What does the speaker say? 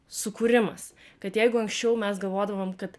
sukūrimas kad jeigu anksčiau mes galvodavom kad